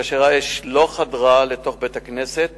כאשר האש לא חדרה לתוך בית-הכנסת